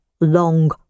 long